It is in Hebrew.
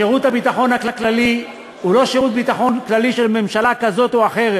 שירות הביטחון הכללי הוא לא שירות ביטחון כללי של ממשלה כזאת או אחרת,